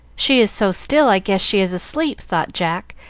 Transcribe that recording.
she is so still, i guess she is asleep, thought jack,